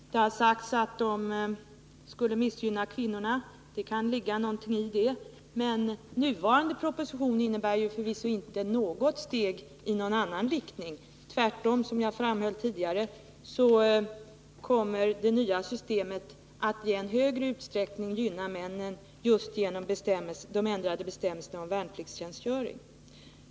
Det har sagts att de skulle missgynna kvinnorna — och det kan ligga någonting i det — men den nuvarande propositionen innebär förvisso inte något steg i någon annan riktning; tvärtom kommer det nya systemet — som jag framhöll tidigare — att i än större utsträckning gynna männen, nämligen genom de ändrade bestämmelserna om värnpliktstjänstgöring.